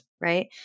right